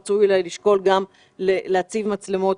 רצוי אולי לשקול גם להציב בהם מצלמות.